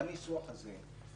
ואני אסמוך על זה.